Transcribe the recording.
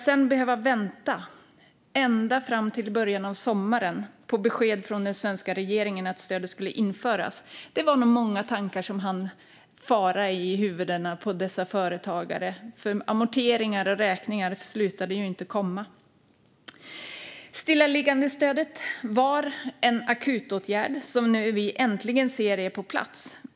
Sedan fick man vänta ända fram till början av sommaren på besked från den svenska regeringen om att stödet skulle införas. Det var nog många tankar som då hann fara genom huvudena på dessa företagare. Amorteringar och räkningar slutade ju inte att komma. Stillaliggandestödet var en akutåtgärd som vi nu äntligen ser är på plats.